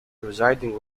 residing